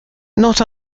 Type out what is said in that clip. not